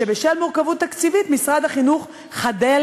שבשל מורכבות תקציבית משרד החינוך חדל